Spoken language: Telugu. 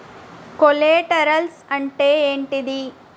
కొలేటరల్స్ అంటే ఏంటిది?